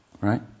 Right